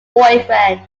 boyfriend